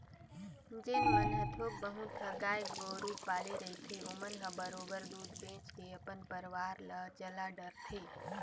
जेन मन ह थोक बहुत ह गाय गोरु पाले रहिथे ओमन ह बरोबर दूद बेंच के अपन परवार ल चला डरथे